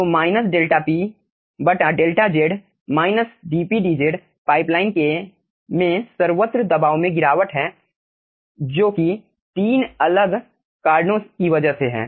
तो minus delta P delta Z minus dp dz pipeline के में सर्वत्र दबाव में गिरावट है है जो कि 3 अलग कारणों की वजह से है